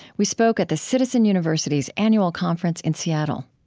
we spoke at the citizen university's annual conference in seattle